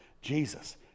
Jesus